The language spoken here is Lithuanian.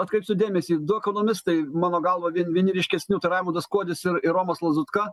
atkreipsiu dėmesį du ekonomistai mano galva vien vieni ryškesnių tai raimundas kuodis ir ir romas lazutka